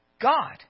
God